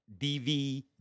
DVD